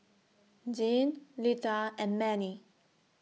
Deann Leatha and Mannie